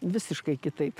visiškai kitaip